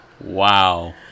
Wow